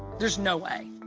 there's no way.